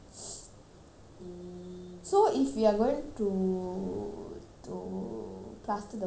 so if we are going to to plaster the whole house right I got to take it out right